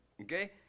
okay